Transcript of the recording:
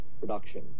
production